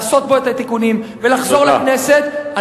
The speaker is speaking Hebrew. לעשות בו את התיקונים ולחזור לכנסת.